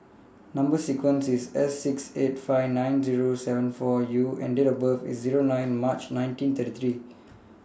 Number sequence IS S six eight five nine Zero seven four U and Date of birth IS nine March nineteen thirty three